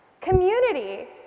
Community